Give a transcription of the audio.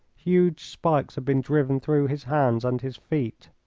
huge spikes had been driven through his hands and his feet.